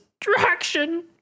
distraction